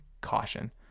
caution